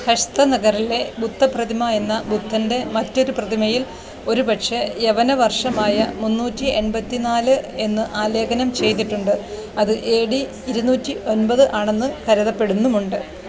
ഹഷ്ത്നഗറിലെ ബുദ്ധപ്രതിമ എന്ന ബുദ്ധന്റെ മറ്റൊരു പ്രതിമയിൽ ഒരുപക്ഷെ യവനവർഷമായ മുന്നൂറ്റി എൺപത്തിനാല് എന്ന് ആലേഖനം ചെയ്തിട്ടുണ്ട് അത് എ ഡി ഇരുന്നൂറ്റി ഒമ്പത് ആണെന്ന് കരുതപ്പെടുന്നുമുണ്ട്